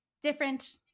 different